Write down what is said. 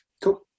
Cool